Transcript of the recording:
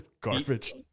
garbage